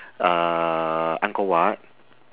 uh angkor wat